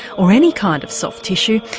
or any kind of soft tissue,